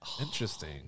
interesting